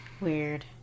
Weird